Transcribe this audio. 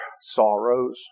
sorrows